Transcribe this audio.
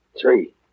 Three